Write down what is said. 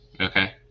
Okay